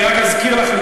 אני רק אזכיר לך,